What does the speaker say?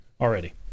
Already